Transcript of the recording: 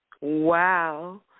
Wow